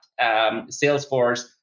Salesforce